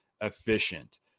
efficient